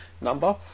number